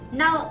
now